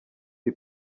the